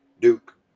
Duke